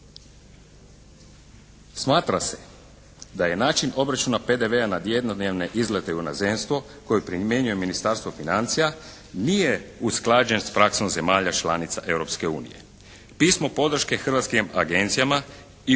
Smatra se da je način obračuna PDV-a na jednodnevne izlete u inozemstvo koje primjenjuje Ministarstvo financija nije usklađen s praksom zemalja članica Europske unije. Pismo podrške hrvatskim agencijama i